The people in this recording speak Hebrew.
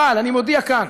אבל אני מודיע כאן,